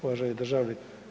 Uvaženi državni?